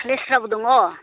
लेस्राबो दङ